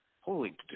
Holy